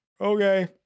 okay